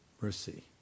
Mercy